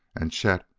and chet,